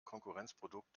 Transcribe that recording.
konkurrenzprodukt